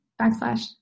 backslash